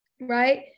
right